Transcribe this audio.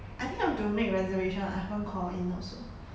I think I'm to make reservation I haven't call in also